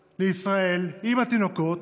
לישראל, עם התינוקות,